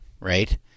Right